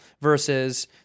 versus